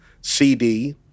CD